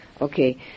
Okay